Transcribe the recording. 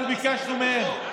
אנחנו ביקשנו מהם,